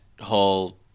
whole